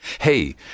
Hey